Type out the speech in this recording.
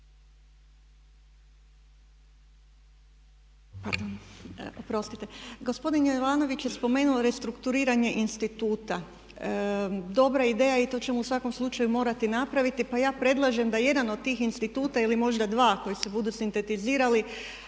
Gordana (Nezavisni)** Gospodin Jovanović je spomenuo restrukturiranje instituta. Dobra ideja i to ćemo u svakom slučaju morati napraviti pa ja predlažem da jedan od tih instituta ili možda dva koji se budu sintetizirali